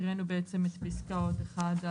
- הקראנו את פסקאות (1)